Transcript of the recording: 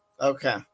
Okay